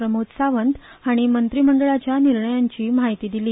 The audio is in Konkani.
प्रमोद सावंत हांणी मंत्रिमंडळाच्या निर्णयांची म्हायती दिली